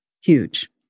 huge